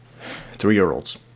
Three-year-olds